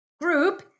group